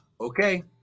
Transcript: okay